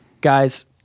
Guys